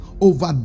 over